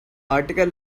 article